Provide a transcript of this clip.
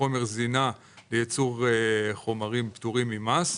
כחומר זינה לייצור חומרים פטורים ממס.